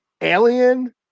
alien